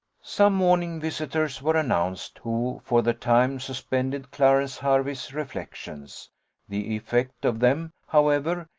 some morning visitors were announced, who for the time suspended clarence hervey's reflections the effect of them, however,